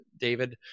david